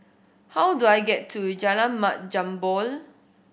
how do I get to Jalan Mat Jambol